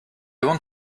want